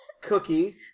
Cookie